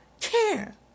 Care